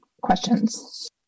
questions